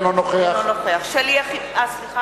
אינו נוכח שלי יחימוביץ, אינה נוכחת משה